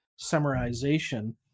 summarization